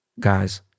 Guys